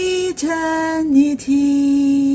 eternity